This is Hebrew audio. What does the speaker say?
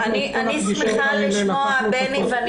אני שמחה לשמוע, בני.